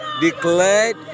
declared